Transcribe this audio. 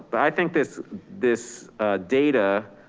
but i think this this data